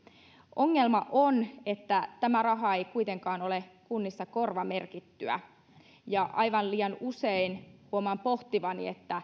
ongelma on että tämä raha ei kuitenkaan ole kunnissa korvamerkittyä aivan liian usein huomaan pohtivani